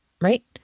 Right